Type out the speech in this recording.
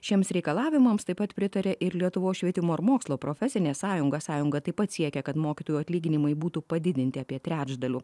šiems reikalavimams taip pat pritarė ir lietuvos švietimo ir mokslo profesinė sąjunga sąjunga taip pat siekia kad mokytojų atlyginimai būtų padidinti apie trečdaliu